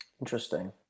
Interesting